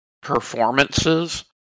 performances